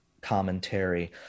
commentary